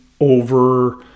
over